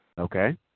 Okay